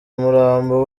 umurambo